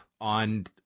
on